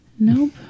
Nope